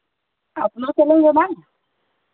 आप ले चलेंगे ना